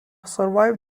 survived